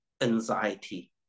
anxiety